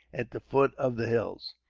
at the foot of the hills.